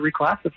reclassify